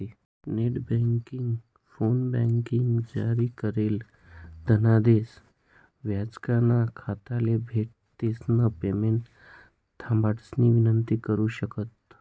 net banking, फोनबँकिंगमा जारी करेल धनादेश ब्यांकना खाताले भेट दिसन पेमेंट थांबाडानी विनंती करु शकतंस